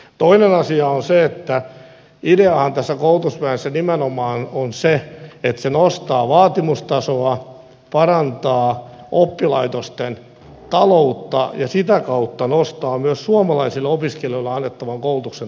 toinen asia on se että ideahan tässä koulutusviennissä nimenomaan on se että se nostaa vaatimustasoa parantaa oppilaitosten taloutta ja sitä kautta nostaa myös suomalaisille opiskelijoille annettavan koulutuksen tasoa